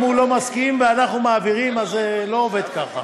אם הוא לא מסכים, ואנחנו מעבירים, זה לא עובד ככה.